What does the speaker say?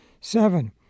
Seven